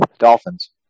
Dolphins